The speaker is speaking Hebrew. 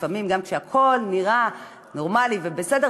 לפעמים גם כשהכול נראה נורמלי ובסדר,